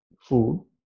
food